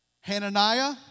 Hananiah